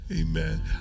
amen